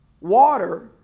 water